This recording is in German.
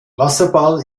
wasserball